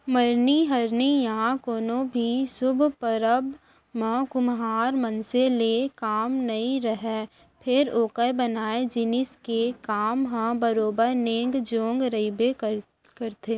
मरनी हरनी या कोनो भी सुभ परब म कुम्हार मनसे ले काम नइ रहय फेर ओकर बनाए जिनिस के काम ह बरोबर नेंग जोग रहिबे करथे